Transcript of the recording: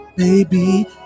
Baby